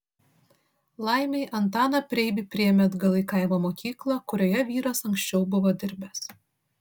laimei antaną preibį priėmė atgal į kaimo mokyklą kurioje vyras anksčiau buvo dirbęs